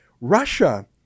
Russia